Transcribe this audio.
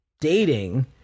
dating